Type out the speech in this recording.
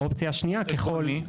האופציה השנייה --- על חשבון מי?